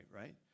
right